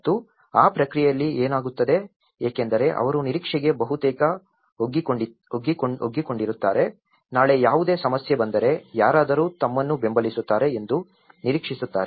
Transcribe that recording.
ಮತ್ತು ಆ ಪ್ರಕ್ರಿಯೆಯಲ್ಲಿ ಏನಾಗುತ್ತದೆ ಎಂದರೆ ಅವರು ನಿರೀಕ್ಷೆಗೆ ಬಹುತೇಕ ಒಗ್ಗಿಕೊಂಡಿರುತ್ತಾರೆ ನಾಳೆ ಯಾವುದೇ ಸಮಸ್ಯೆ ಬಂದರೆ ಯಾರಾದರೂ ತಮ್ಮನ್ನು ಬೆಂಬಲಿಸುತ್ತಾರೆ ಎಂದು ನಿರೀಕ್ಷಿಸುತ್ತಾರೆ